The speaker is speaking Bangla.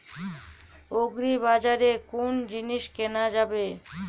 আগ্রিবাজারে কোন জিনিস কেনা যাবে?